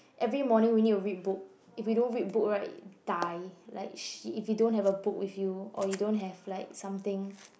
every morning we need to read book if we don't read book right die like she if you don't have a book with you or you don't have like something